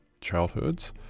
childhoods